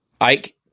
Ike